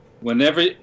Whenever